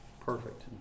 Perfect